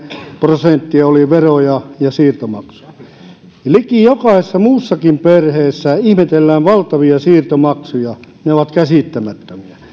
prosenttia oli veroja ja siirtomaksuja liki jokaisessa muussakin perheessä ihmetellään valtavia siirtomaksuja ne ovat käsittämättömiä